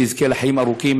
שיזכה לחיים ארוכים,